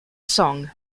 song